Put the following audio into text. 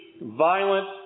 violent